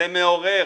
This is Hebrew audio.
זה מעורר.